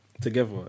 Together